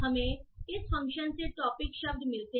हमें इस फ़ंक्शन से गलती से छूट गईटॉपिक शब्द मिलते हैं